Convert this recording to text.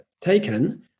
taken